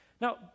Now